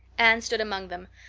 anne stood among them,